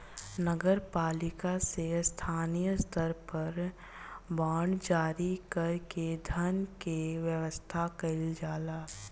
नगर पालिका से स्थानीय स्तर पर बांड जारी कर के धन के व्यवस्था कईल जाला